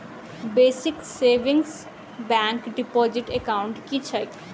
Basic savings bank deposit account की छैक?